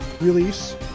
release